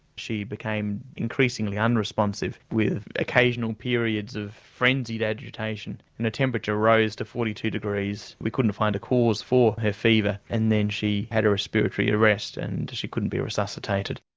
she became increasingly unresponsive with occasional periods of frenzied agitation and temperature rose to forty two degrees, we couldn't find a cause for her fever and then she had a respiratory arrest and she couldn't be resuscitated.